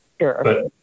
Sure